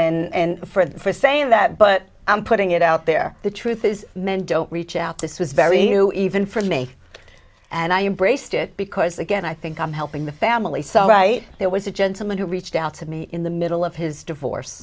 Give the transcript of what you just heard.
in for saying that but i'm putting it out there the truth is men don't reach out this was very new even for me and i embraced it because again i think i'm helping the family so right there was a gentleman who reached out to me in the middle of his divorce